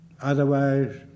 otherwise